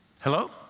Hello